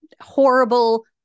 Horrible